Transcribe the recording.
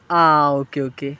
ആ okay okay